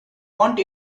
want